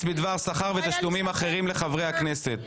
בדבר שכר ותשלומים אחרים לחברי הכנסת.